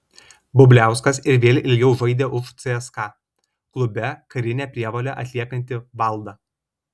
bubliauskas ir vėl ilgiau žaidė už cska klube karinę prievolę atliekantį valdą